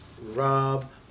Rob